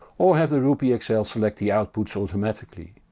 or have ropieeexl select the outputs automatically.